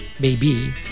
Baby